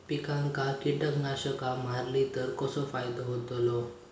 पिकांक कीटकनाशका मारली तर कसो फायदो होतलो?